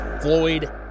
Floyd